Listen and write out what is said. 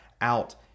out